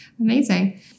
Amazing